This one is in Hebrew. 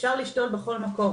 אפשר לשתול בכל מקום.